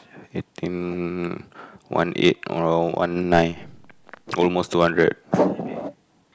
I think one eight around one nine almost two hundred